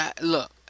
look